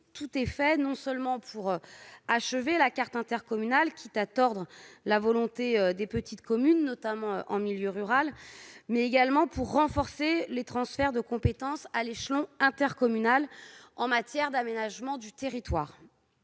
tout est fait non seulement pour achever la carte intercommunale, quitte à tordre la volonté des petites communes en particulier en milieu rural, mais également pour renforcer les transferts de compétences à l'échelon intercommunal en matière d'aménagement du territoire.